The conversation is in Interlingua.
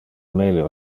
melio